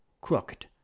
crooked